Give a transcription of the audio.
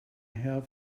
have